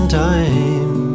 time